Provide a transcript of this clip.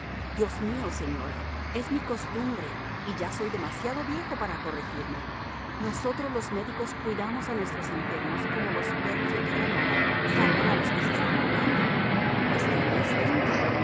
dios mío señora es mi costumbre y ya soy demasiado viejo para corregirme nosotros los médicos cuidamos a nuestros enfermos como los perros de terranova salvan a los que se están ahogando cuestión de instinto